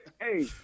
Hey